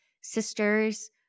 sisters